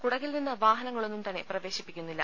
കുട കിൽനിന്ന് വാഹനങ്ങളൊന്നും തന്നെ പ്രവേശിപ്പിക്കുന്നില്ല